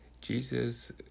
Jesus